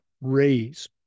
Raise